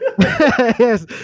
Yes